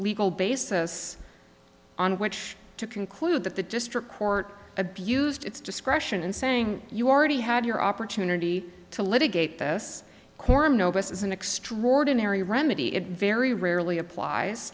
legal basis on which to conclude that the district court abused its discretion in saying you already had your opportunity to litigate this corum notice is an extraordinary remedy it very rarely applies